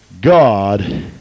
God